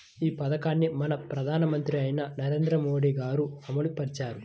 ఈ పథకాన్ని మన ప్రధానమంత్రి అయిన నరేంద్ర మోదీ గారు అమలు పరిచారు